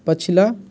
पछिला